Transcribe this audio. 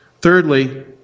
Thirdly